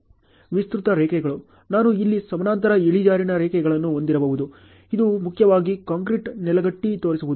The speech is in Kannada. ವಿಸ್ತೃತ ರೇಖೆಗಳು ನಾನು ಇಲ್ಲಿ ಸಮಾನಾಂತರ ಇಳಿಜಾರಿನ ರೇಖೆಗಳನ್ನು ಹೊಂದಿರಬಹುದು ಇದು ಮುಖ್ಯವಾಗಿ ಕಾಂಕ್ರೀಟ್ ನೆಲಗಟ್ಟು ತೋರಿಸುವುದು